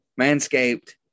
Manscaped